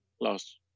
lost